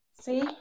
see